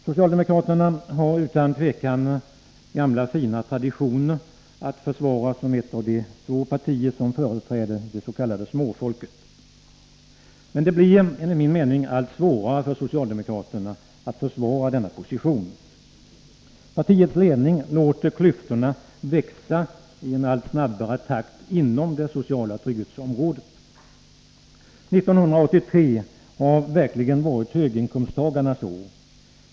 Socialdemokraterna har utan tvivel gamla fina traditioner att försvara som ett av de två partier som företräder det s.k. småfolket. Men det blir enligt min mening nu allt svårare för socialdemokraterna att försvara denna position. Partiets ledning låter klyftorna växa i en allt snabbare takt inom det sociala trygghetsområdet. År 1983 har verkligen varit höginkomsttagarnas år.